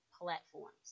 platforms